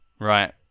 Right